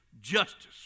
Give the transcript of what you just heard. justice